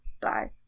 Bye